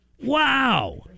Wow